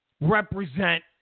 represent